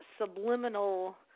subliminal